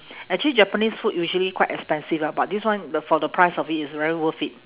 actually japanese food usually quite expensive ah but this one the for the price of it it's very worth it